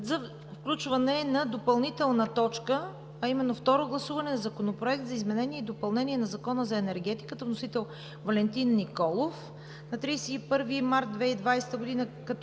за включване на допълнителна точка, а именно: Второ гласуване на Законопроекта за изменение и допълнение на Закона за енергетиката, вносител Валентин Николов на 31 март 2020 г.